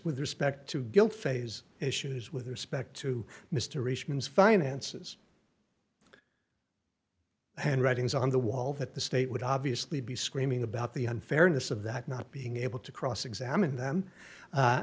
with respect to guilt phase issues with respect to mr richmond finances and writings on the wall that the state would obviously be screaming about the unfairness of that not being able to cross examine them